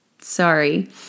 sorry